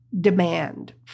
demand